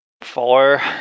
Four